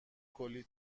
کلی